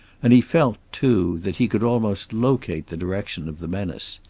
and he felt, too, that he could almost locate the direction of the menace.